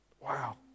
Wow